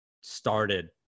started